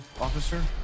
officer